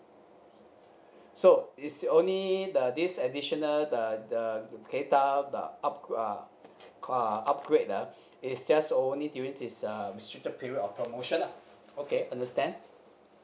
so it's only the this additional the the data uh up uh uh upgrade ah is just only during this uh restricted period of promotion lah okay understand